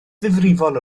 ddifrifol